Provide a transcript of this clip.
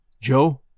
Joe